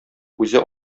үзе